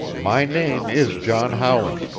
my name is john howland.